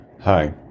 Hi